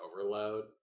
overload